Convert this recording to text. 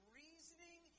reasoning